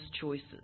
choices